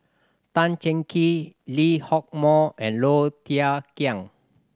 Tan Cheng Kee Lee Hock Moh and Low Thia Khiang